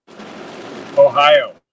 Ohio